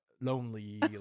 lonely